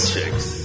Chicks